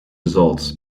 results